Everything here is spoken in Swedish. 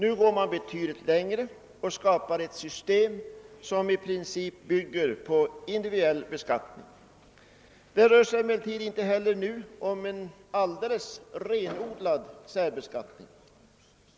Nu går man betydligt längre och skapar ett system som i princip bygger på individuell beskattning. Det rör sig emellertid inte heller nu om en helt renodlad särbeskattning.